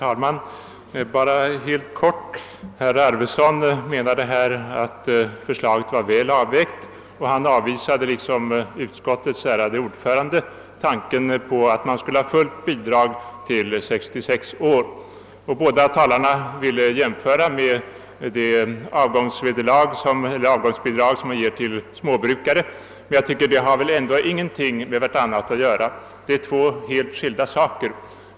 Herr talman! Herr Arweson ansåg att Kungl. Maj:ts förslag var väl avvägt, och han liksom utskottets ärade ordförande avvisade tanken på att fullt bidrag skulle utgå till 66 års ålder. Båda talarna ville jämföra detta bidrag med det avgångsbidrag som ges till småbrukare. Men detta är väl ändå två helt skilda saker?